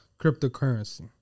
Cryptocurrency